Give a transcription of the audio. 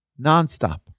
Nonstop